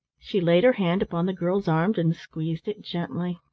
she laid her hand upon the girl's arm and squeezed it gently.